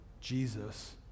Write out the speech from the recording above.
Jesus